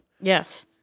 Yes